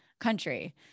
country